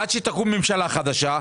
עד שתקום ממשלה חדשה,